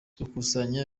gukusanya